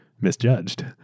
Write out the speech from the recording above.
misjudged